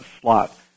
slot